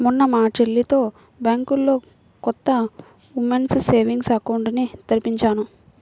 మొన్న మా చెల్లితో బ్యాంకులో కొత్త ఉమెన్స్ సేవింగ్స్ అకౌంట్ ని తెరిపించాను